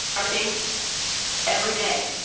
typing. every day.